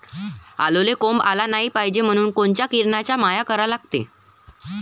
आलूले कोंब आलं नाई पायजे म्हनून कोनच्या किरनाचा मारा करा लागते?